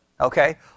Okay